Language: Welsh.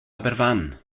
aberfan